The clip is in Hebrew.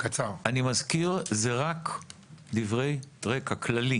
אני מזכיר שאלה רק דברי רקע כללי.